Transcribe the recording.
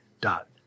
dot